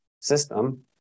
system